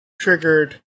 triggered